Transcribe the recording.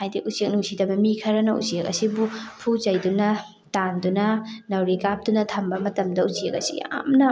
ꯍꯥꯏꯗꯤ ꯎꯆꯦꯛ ꯅꯨꯡꯁꯤꯗꯕ ꯃꯤ ꯈꯔꯅ ꯎꯆꯦꯛ ꯑꯁꯤꯕꯨ ꯐꯨ ꯆꯩꯗꯨꯅ ꯇꯥꯟꯗꯨꯅ ꯅꯥꯎꯔꯤ ꯀꯥꯞꯇꯨꯅ ꯊꯝꯕ ꯃꯇꯝꯗ ꯎꯆꯦꯛ ꯑꯁꯤ ꯌꯥꯝꯅ